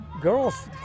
Girls